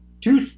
two